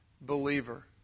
believer